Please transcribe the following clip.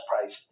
price